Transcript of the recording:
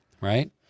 right